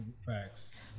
Facts